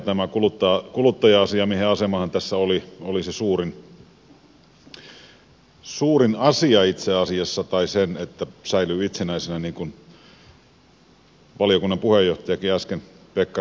tämä kuluttaja asiamiehen asemahan tässä oli se suurin asia itse asiassa tai se että se säilyy itsenäisenä niin kuin valiokunnan puheenjohtaja pekkarinenkin äsken totesi